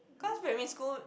cause primary school